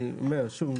אני אומר שוב,